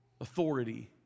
authority